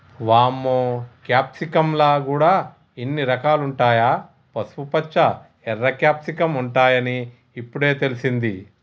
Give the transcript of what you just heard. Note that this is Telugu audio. వామ్మో క్యాప్సికమ్ ల గూడా ఇన్ని రకాలుంటాయా, పసుపుపచ్చ, ఎర్ర క్యాప్సికమ్ ఉంటాయని ఇప్పుడే తెలిసింది